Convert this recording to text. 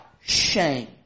shame